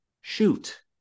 Shoot